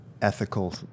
ethical